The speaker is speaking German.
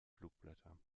flugblätter